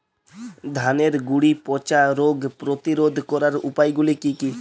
ধানের গুড়ি পচা রোগ প্রতিরোধ করার উপায়গুলি কি কি?